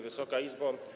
Wysoka Izbo!